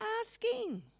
asking